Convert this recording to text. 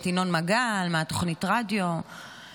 את ינון מגל מתוכנית הרדיו -- אוי אוי אוי.